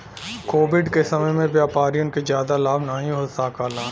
Covid के समय में व्यापारियन के जादा लाभ नाहीं हो सकाल